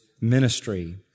ministry